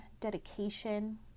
dedication